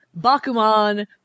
Bakuman